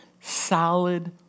solid